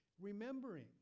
Remembering